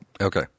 okay